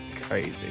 Crazy